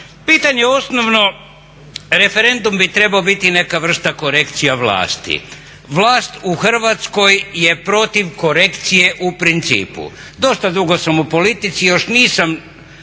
Pitanje osnovno referendum bi trebao biti neka vrsta korekcija vlasti. Vlast u Hrvatskoj je protiv korekcije u principu. Dosta dugo sam u politici. Još nisam,